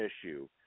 issue